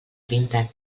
pinten